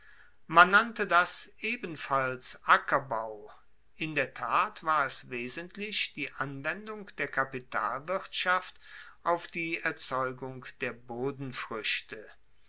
man nannte das ebenfalls ackerbau in der tat war es wesentlich die anwendung der kapitalwirtschaft auf die erzeugung der